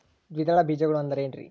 ದ್ವಿದಳ ಬೇಜಗಳು ಅಂದರೇನ್ರಿ?